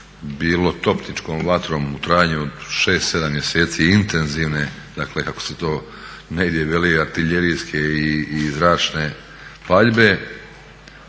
bilo topničkom vatrom u trajanju od 6, 7 mjeseci intenzivne, dakle kako se to negdje veli artiljerijske i zračne paljbe.